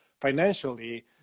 financially